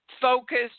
focused